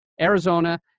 Arizona